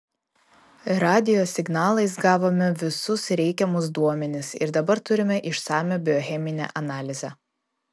radijo signalais gavome visus reikiamus duomenis ir dabar turime išsamią biocheminę analizę